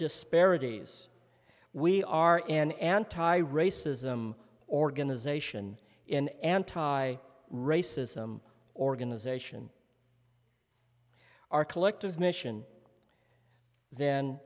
disparities we are an anti racism organization in anti racism organization our collective mission then